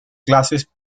clases